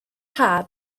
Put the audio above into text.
haf